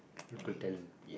local talent